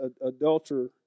adulterer